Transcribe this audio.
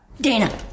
Dana